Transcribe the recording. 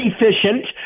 efficient